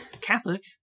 Catholic